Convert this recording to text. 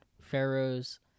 pharaoh's